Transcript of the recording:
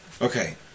Okay